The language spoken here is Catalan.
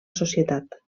societat